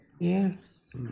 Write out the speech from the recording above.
Yes